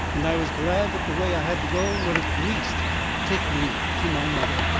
and i was glad that the way i had to go would at least take me to my mother.